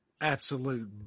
absolute